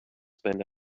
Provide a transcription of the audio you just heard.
spend